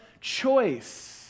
choice